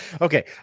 Okay